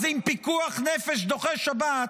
אז אם פיקוח נפש דוחה שבת,